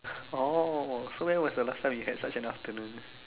oh so when was the last time you had such an afternoon